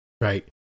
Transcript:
Right